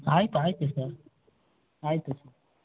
ಆಯ್ತು ಆಯ್ತು ಸರ್ ಆಯಿತು ಸರ್